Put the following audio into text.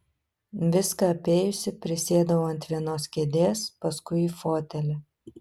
viską apėjusi prisėdau ant vienos kėdės paskui į fotelį